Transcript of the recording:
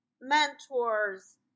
mentors